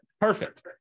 Perfect